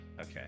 Okay